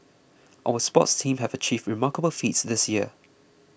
our sports teams have achieved remarkable feats this year